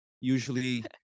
usually